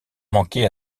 manqué